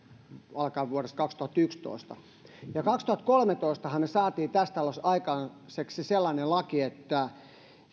vuodesta kaksituhattayksitoista alkaen kaksituhattakolmetoista me saimme tässä talossa aikaiseksi sellaisen lain että